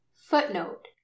Footnote